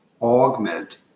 augment